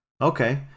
okay